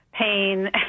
pain